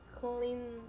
clean